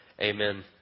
Amen